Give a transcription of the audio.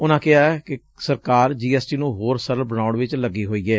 ਉਨੂਾ ਕਿਹਾ ਕਿ ਸਰਕਾਰ ਜੀ ਐਸ ਟੀ ਨੂੰ ਹੋਰ ਸਰਲ ਬਣਾਉਣ ਚ ਲੱਗੀ ਹੋਈ ਏ